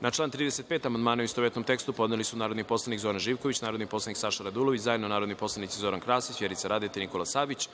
Na član 41. amandmane, u istovetnom tekstu, podneli su narodni poslanik Zoran Živković, narodni poslanik Saša Radulović, zajedno narodni poslanici Zoran Krasić, Vjerica Radeta i Božidar Delić,